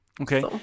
Okay